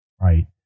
Right